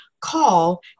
call